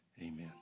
Amen